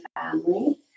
family